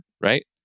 right